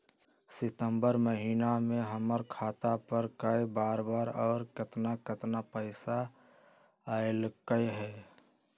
सितम्बर महीना में हमर खाता पर कय बार बार और केतना केतना पैसा अयलक ह?